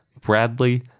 Bradley